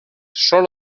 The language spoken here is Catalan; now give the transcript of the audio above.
sol